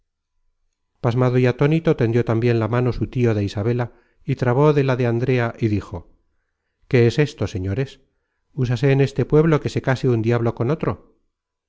pasmado y atónito tendió tambien la mano su tio de isabela y trabó de la de andrea y dijo qué es esto señores úsase en este pueblo que se case un diablo con otro